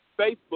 Facebook